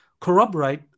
corroborate